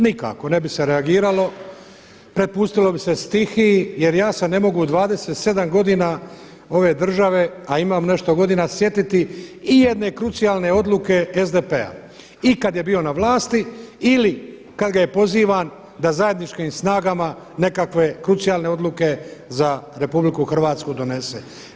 Nikako, ne bi se reagiralo, prepustilo bi se stihiji jer ja se ne mogu u 27 godina ove države a imam nešto godina sjetiti i jedne krucijalne odluke SDP-a i kada je bio na vlasti ili kada ga je pozivan da zajedničkim snagama nekakve krucijalne odluke za RH donese.